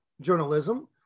journalism